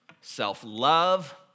self-love